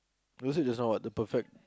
is it that's all the perfect